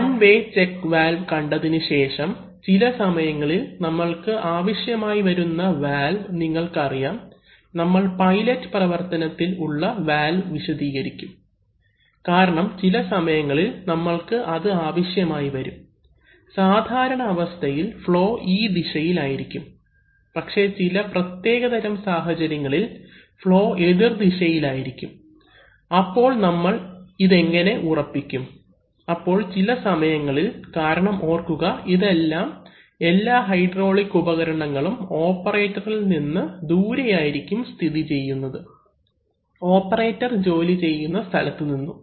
one way check valve കണ്ടതിനുശേഷം ചില സമയങ്ങളിൽ നമ്മൾക്ക് ആവശ്യമായിവരുന്ന വാൽവ് നിങ്ങൾക്കറിയാം നമ്മൾ പൈലറ്റ് പ്രവർത്തനത്തിൽ ഉള്ള വാൽവ് വിശദീകരിക്കും കാരണം ചില സമയങ്ങളിൽ നമ്മൾക്ക് അത് ആവശ്യമായിവരും സാധാരണ അവസ്ഥയിൽ ഫ്ളോ ഈ ദിശയിൽ ആയിരിക്കും പക്ഷേ ചില പ്രത്യേകതരം സാഹചര്യങ്ങളിൽ ഫ്ളോ എതിർദിശയിൽ ആയിരിക്കും അപ്പോൾ നമ്മൾ ഇതെങ്ങനെ ഉറപ്പിക്കും അപ്പോൾ ചില സമയങ്ങളിൽ കാരണം ഓർക്കുക ഇതെല്ലാം എല്ലാ ഹൈഡ്രോളിക് ഉപകരണങ്ങളും ഓപ്പറേറ്റർ ഇൽ നിന്ന് ദൂരെയായിരിക്കും സ്ഥിതിചെയ്യുന്നത് ഓപ്പറേറ്റർ ജോലിചെയ്യുന്ന സ്ഥലത്തുനിന്നും